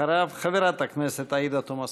אחריו, חברת הכנסת עאידה תומא סלימאן.